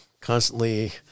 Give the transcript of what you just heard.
constantly